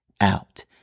out